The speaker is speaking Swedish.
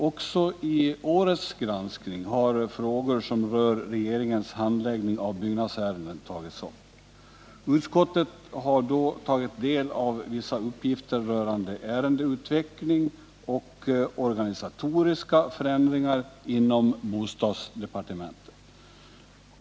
Också i årets granskning har frågor som rör regeringens handläggning av byggnadsärenden tagits upp. Utskottet har då tagit del av vissa uppgifter rörande ärendeutveckling och organisatoriska förändringar inom: bostadsdepartementet.